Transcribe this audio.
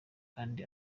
kandi